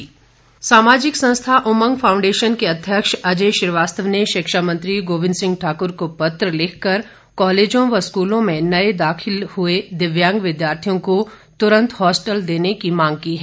उमंग foundation सामाजिक संस्था Umang foundation के अध्यक्ष अजय श्रीवास्तव ने शिक्षा मंत्री गोविंद सिंह ठाक्र को पत्र लिखकर कॉलेजों व स्कूलों में नए दाखिल हुए दिव्यांग विद्यार्थियों को तुरंत हॉस्टल देने की मांग की है